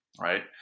right